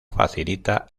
facilita